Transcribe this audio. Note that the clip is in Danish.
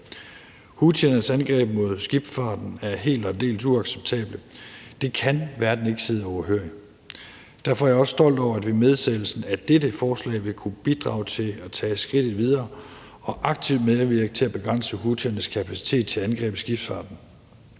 Houthiernes angreb mod skibsfarten er helt og aldeles uacceptable. Det kan verden ikke sidde overhørig. Derfor er jeg også stolt af, at vi med vedtagelsen af dette forslag vil kunne bidrage til at tage skridtet videre og aktivt medvirke til at begrænse houthiernes kapacitet til at angribe skibsfarten.